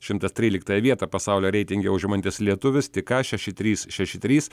šimtas tryliktąją vietą pasaulio reitinge užimantis lietuvis tik ką šeši trys šeši trys